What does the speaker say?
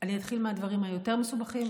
אני אתחיל מהדברים היותר-מסובכים,